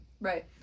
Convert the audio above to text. Right